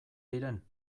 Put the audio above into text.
diren